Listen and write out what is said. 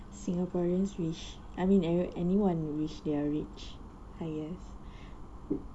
singaporeans wish I mean every~ anyone would wish they are rich I guess